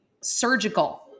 Surgical